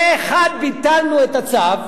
פה-אחד ביטלנו את הצו,